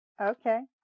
Okay